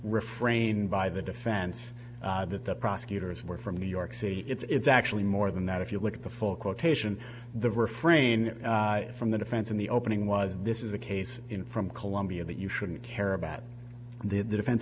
refrain by the defense that the prosecutors were from new york city it's actually more than that if you look at the full quotation the refrain from the defense in the opening was this is a case in from colombia that you shouldn't care about the defense